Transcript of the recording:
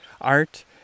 Art